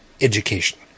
education